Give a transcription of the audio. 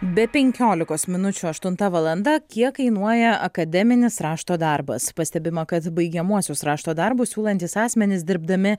be penkiolikos minučių aštunta valanda kiek kainuoja akademinis rašto darbas pastebima kad baigiamuosius rašto darbus siūlantys asmenys dirbdami